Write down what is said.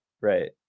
Right